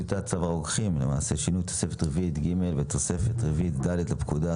גם טיוטת צו הרוקחים (שינוי תוספת רביעית ג' ותוספת רביעית ד' לפקודה),